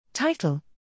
Title